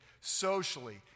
socially